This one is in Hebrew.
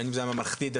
בין אם זה בממלכתית דתית,